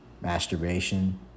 masturbation